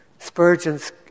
Spurgeon's